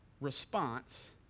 response